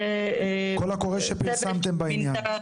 הקול הקורא שפרסמתם בעניין.